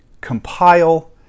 compile